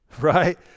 right